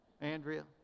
Andrea